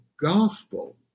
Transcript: gospel